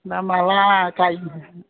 दा माला गायो